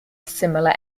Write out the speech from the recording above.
similar